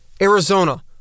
Arizona